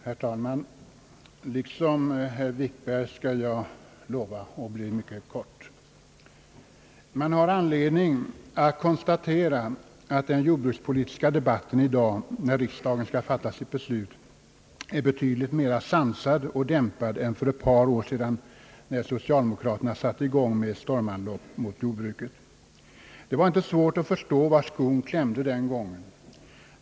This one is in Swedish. Herr talman! Liksom herr Wikberg lovar jag att bli mycket kortfattad. Man har anledning att konstatera att den jordbrukspolitiska debatten i dag när riksdagen skall fatta sitt beslut är betydligt mera sansad och dämpad än för ett par år sedan då socialdemokraterna satte igång ett stormanlopp mot jordbruket. Det var inte svårt att förstå var skon klämde den gången.